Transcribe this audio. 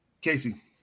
Casey